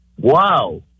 Wow